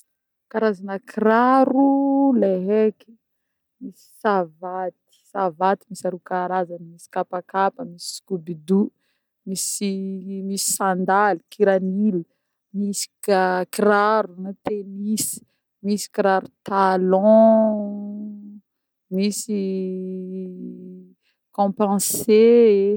Karazagna kiraro le eko: misy savaty, savaty misy aroa karazagna: misy kapakapa, misy skobido, misy sandaly, kiranil, misy ka-kiraro na tennis, misy kiraro talon-n-n, misy-y-y-y compenssé.